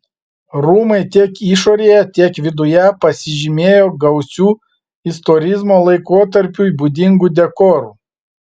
rūmai tiek išorėje tiek viduje pasižymėjo gausiu istorizmo laikotarpiui būdingu dekoru